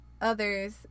others